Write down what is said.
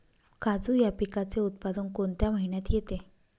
काजू या पिकाचे उत्पादन कोणत्या महिन्यात येते?